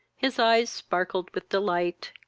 his eyes sparkled with delight.